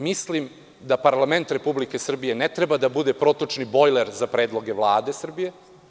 Mislim da parlament Republike Srbije ne treba da bude protočni bojler za predloge Vlade Srbije.